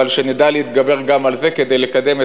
אבל שנדע להתגבר גם על זה כדי לקדם את